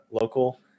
local